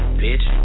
bitch